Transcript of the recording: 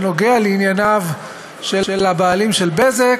שנוגע בענייניו של הבעלים של "בזק",